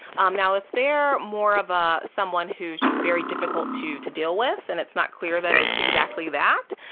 um now, if they're more of ah someone who's just very difficult to to deal with and it's not clear that it's exactly that,